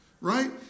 right